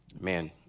Man